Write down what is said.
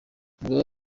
umugaba